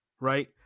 right